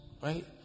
right